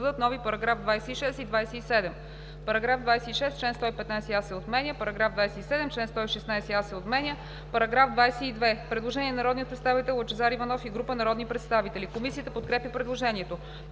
параграфи 26 и 27: „§ 26. Член 115а се отменя. § 27. Член 116а се отменя.“ По § 22 има предложение на народния представител Лъчезар Иванов и група народни представители. Комисията подкрепя предложението.